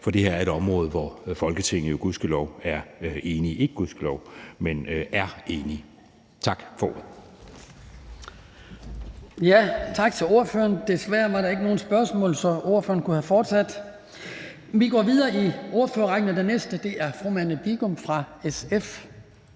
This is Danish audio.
for det her er et område, hvor Folketinget jo gudskelov er enige – ikke gudskelov, men er enige. Tak for ordet. Kl. 11:43 Den fg. formand (Hans Kristian Skibby): Tak til ordføreren. Desværre var der ikke nogen spørgsmål, så ordføreren kunne have fortsat. Vi går videre i ordførerrækken, og den næste er fru Marianne Bigum fra SF.